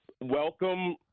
welcome